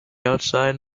outside